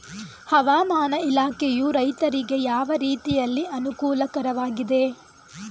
ಹವಾಮಾನ ಇಲಾಖೆಯು ರೈತರಿಗೆ ಯಾವ ರೀತಿಯಲ್ಲಿ ಅನುಕೂಲಕರವಾಗಿದೆ?